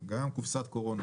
גם היה לו קופסת קורונה,